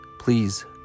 Please